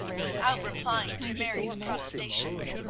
without replying to mary's protestations,